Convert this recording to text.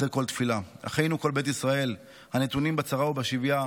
אחרי כל תפילה: "אחינו כל בית ישראל הנתונים בצרה ובשביה,